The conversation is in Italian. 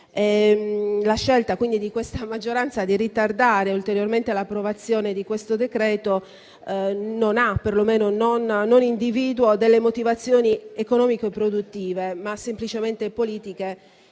scelta della maggioranza di ritardare ulteriormente l'approvazione di questo decreto individuo delle motivazioni non economiche e produttive, ma semplicemente politiche.